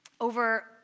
over